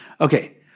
Okay